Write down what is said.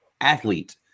athlete